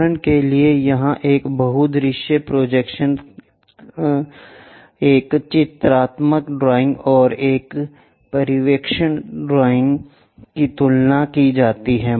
उदाहरण के लिए यहां एक बहु दृश्य प्रोजेक्शन्स एक चित्रात्मक ड्राइंग और एक परिप्रेक्ष्य ड्राइंग की तुलना की जाती है